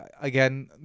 again